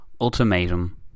Ultimatum